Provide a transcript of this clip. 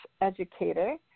educator